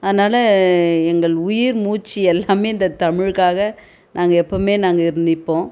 அதனால எங்கள் உயிர் மூச்சு எல்லாமே இந்த தமிழுக்காக நாங்கள் எப்போவுமே நாங்கள் நிற்போம்